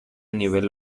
nivel